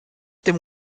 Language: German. dem